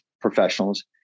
professionals